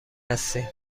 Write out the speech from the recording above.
هستیم